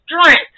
strength